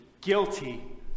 guilty